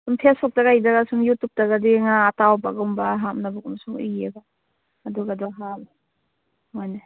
ꯁꯨꯝ ꯐꯦꯁꯕꯨꯛꯇꯥ ꯀꯩꯗꯒ ꯁꯨꯝ ꯌꯨꯇꯨꯞꯇꯥꯒꯗꯤ ꯉꯥ ꯑꯇꯥꯎꯕꯒꯨꯝꯕ ꯍꯥꯞꯅꯕꯒꯨꯝꯕ ꯁꯨꯝ ꯎꯏꯌꯦꯕ ꯑꯗꯨꯒꯗꯣ ꯍꯥꯞꯄꯅꯦ